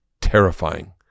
terrifying